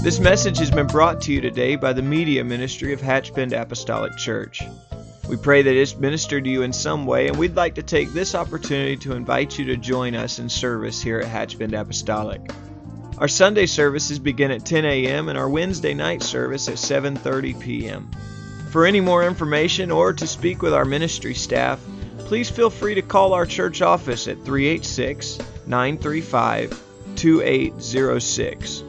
This message has been brought to you today by the media ministry of Hatchbend Apostolic Church. We pray that it's ministered to you in some way, and we'd like to take this opportunity to invite you to join us in service here at Hatchbend Apostolic. Our Sunday services begin at 10 a.m. and our Wednesday night service at 7:30 p.m. For any more information or to speak with our ministry staff, please feel free to call our church office at 386-935-2806.